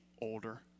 older